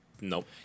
Nope